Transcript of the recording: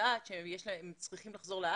לדעת שהם צריכים לחזור לארץ,